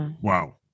wow